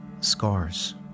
scars